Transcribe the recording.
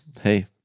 hey